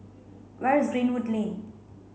where is Greenwood Lane